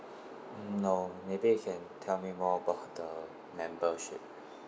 no maybe you can tell me more about the membership